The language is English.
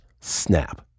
snap